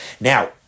Now